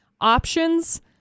options